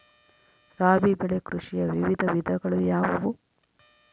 ರಾಬಿ ಬೆಳೆ ಕೃಷಿಯ ವಿವಿಧ ವಿಧಗಳು ಯಾವುವು?